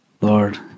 Lord